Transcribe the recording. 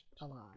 alive